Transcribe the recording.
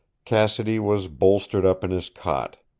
cassidy was bolstered up in his cot.